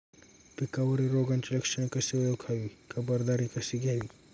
पिकावरील रोगाची लक्षणे कशी ओळखावी, खबरदारी कशी घ्यावी?